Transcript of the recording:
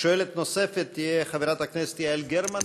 שואלת נוספת תהיה חברת הכנסת יעל גרמן,